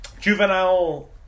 juvenile